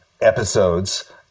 episodes